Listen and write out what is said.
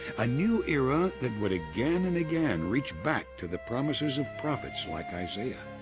a new era that would, again and again, reach back to the promises of prophets like isaiah.